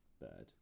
bird